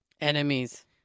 enemies